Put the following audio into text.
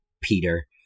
Peter